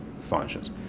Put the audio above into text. functions